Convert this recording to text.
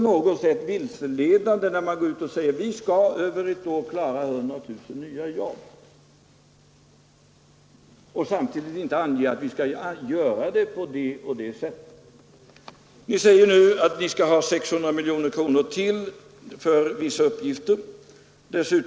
När man går ut och säger att man under ett år skall klara 100 000 nya jobb men samtidigt inte anger på vilket sätt detta skall ske, är det på något sätt vilseledande. Ni säger nu att ni skall ha ytterligare 600 miljoner kronor för vissa uppgifter.